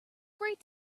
great